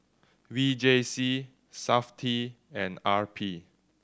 V J C Safti and R P